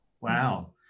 Wow